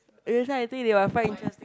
everytime I think they will find interesting